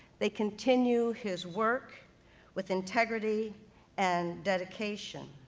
they continue his work with integrity and dedication.